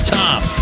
top